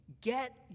get